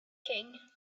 king